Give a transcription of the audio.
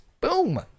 boom